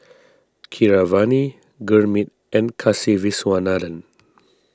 Keeravani Gurmeet and Kasiviswanathan